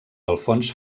alfons